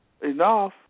enough